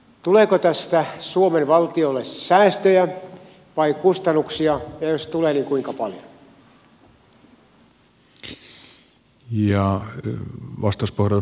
tuleeko tästä suomen valtiolle säästöjä vai kustannuksia ja jos tulee niin kuinka paljon